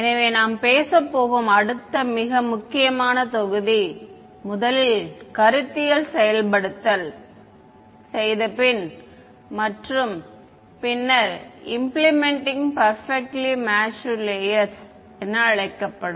எனவே நாம் பேசப்போகும் அடுத்த மிக முக்கியமான தொகுதி முதலில் கருத்தியல் செயல்படுத்தல் செய்தபின் மற்றும் பின்னர் இம்ப்ளிமென்ட்டிங் பர்பிக்ட்ல்லி மேட்ச்டு லேயேர்ஸ் என அழைக்கப்படும்